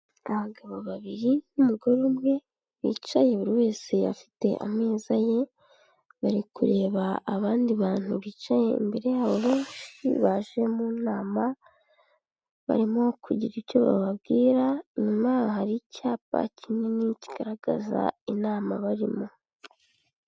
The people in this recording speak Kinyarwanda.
Abagabo babiri n'umugore umwe bicaye buri wese afite ameza ye, bari kureba abandi bantu bicaye imbere yabo baje mu nama, barimo kugira icyo bababwira, inyuma y'aho hari icyapa kinini kigaragaza inama barimo.